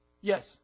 Yes